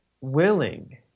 willing